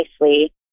nicely